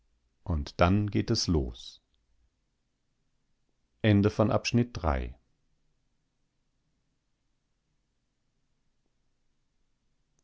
und dann geht es los